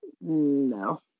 no